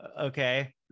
okay